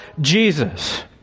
Jesus